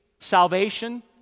salvation